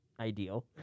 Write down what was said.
ideal